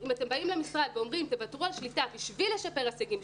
הוא אמר שאם אתם באים למשרד ואומרים תוותרי על שליטה בשביל לשפר הישגים,